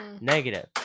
negative